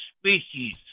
species